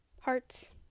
hearts